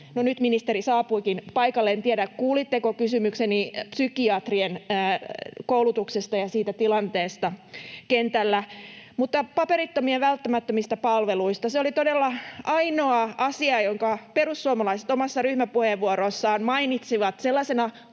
nyt ministeri saapuikin paikalle. En tiedä, kuulitteko kysymykseni psykiatrien koulutuksesta ja siitä tilanteesta kentällä. — Mutta paperittomien välttämättömistä palveluista: Se oli todella ainoa asia, jonka perussuomalaiset omassa ryhmäpuheenvuorossaan mainitsivat sellaisena